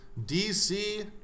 DC